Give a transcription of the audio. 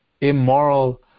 immoral